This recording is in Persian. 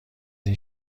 این